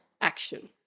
action